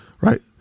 Right